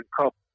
Cup